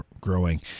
growing